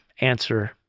answer